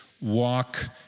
Walk